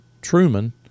Truman